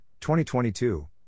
2022